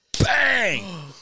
Bang